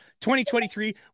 2023